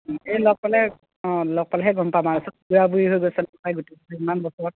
এই লগ পালে অঁ লগ পালেহে গম পাম আৰু সব বুঢ়া বুঢ়ী হৈ গৈছে নহয় গোটেইবোৰ ইমান বছৰত